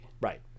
Right